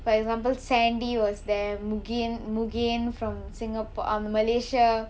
for example sandy was there mugen mugen from singapore uh malaysia